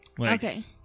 Okay